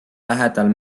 lähedal